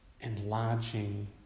enlarging